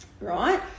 right